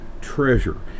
treasure